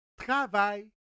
travail